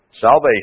salvation